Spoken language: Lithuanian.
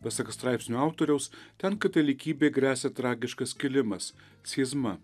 pasak straipsnio autoriaus ten katalikybei gresia tragiškas skilimas schizma